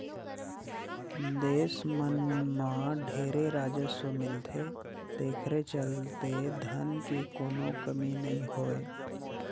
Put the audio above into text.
देस मन मं ढेरे राजस्व मिलथे तेखरे चलते धन के कोनो कमी नइ होय